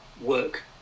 work